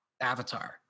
Avatar